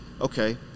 Okay